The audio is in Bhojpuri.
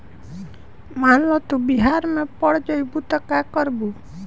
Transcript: मान ल तू बिहार पड़ जइबू त का करबू